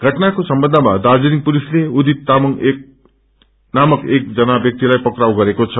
घटनाको सम्बन्धमा दार्जीलिङ पुलिसले उदित तामंग नामक एकजना व्याक्तिलाई पक्राउ गरेको छ